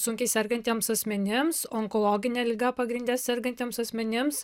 sunkiai sergantiems asmenims onkologine liga pagrinde sergantiems asmenims